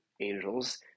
angels